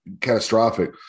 catastrophic